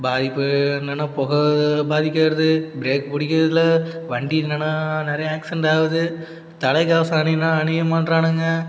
பாதி பேர் என்னென்னா புக பாதிக்கறது பிரேக் பிடிக்கிறதில்ல வண்டி என்னென்னா நிறைய ஆக்சிடென்ட் ஆகுது தலைக்கவசம் அணின்னா அணிய மாட்டுறானுங்க